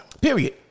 Period